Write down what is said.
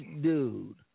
dude